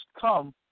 come